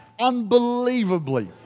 Unbelievably